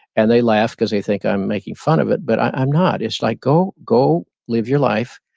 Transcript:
and they laugh cause they think i'm making fun of it, but i'm not. it's like go go live your life,